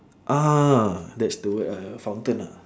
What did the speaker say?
ah that's the word ah fountain ah